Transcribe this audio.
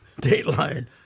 Dateline